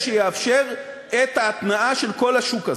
שיאפשר את ההתנעה של כל השוק הזה.